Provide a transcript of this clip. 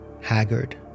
haggard